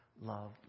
love